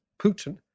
Putin